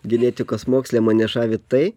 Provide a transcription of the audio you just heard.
genetikos moksle mane žavi tai